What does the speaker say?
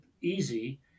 easy